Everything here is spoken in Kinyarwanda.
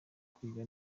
kwiga